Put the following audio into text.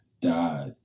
died